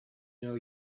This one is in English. know